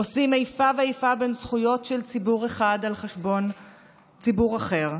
עושים איפה ואיפה בין זכויות של ציבור אחד על חשבון ציבור אחר,